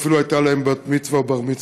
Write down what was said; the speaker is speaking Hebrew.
ואפילו הייתה להם בת-מצווה או בר-מצווה.